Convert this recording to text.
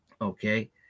okay